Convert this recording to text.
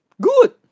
Good